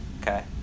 okay